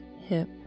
hip